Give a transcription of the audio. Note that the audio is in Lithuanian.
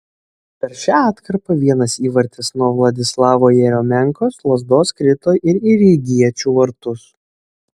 per šią atkarpą vienas įvartis nuo vladislavo jeriomenkos lazdos krito ir į rygiečių vartus